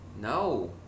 no